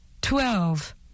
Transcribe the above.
twelve